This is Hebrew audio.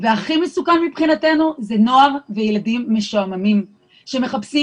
והכי מסוכן מבחינתנו זה נוער וילדים משועממים שמחפשים